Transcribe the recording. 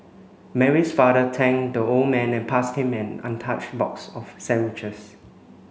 Mary's father thanked the old man and passed him an untouched box of sandwiches